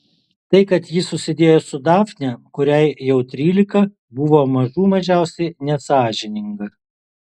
tai kad ji susidėjo su dafne kuriai jau trylika buvo mažų mažiausiai nesąžininga